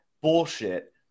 bullshit